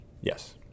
Yes